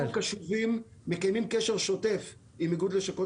אנחנו מקיימים קשר שוטף עם איגוד לשכות